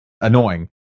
annoying